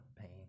pain